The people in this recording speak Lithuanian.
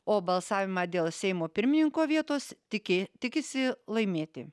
o balsavimą dėl seimo pirmininko vietos tiki tikisi laimėti